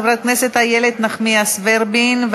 חברת הכנסת איילת נחמיאס ורבין,